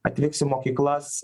atvyks į mokyklas